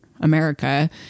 America